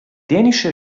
dänische